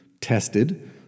tested